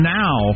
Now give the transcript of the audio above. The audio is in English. now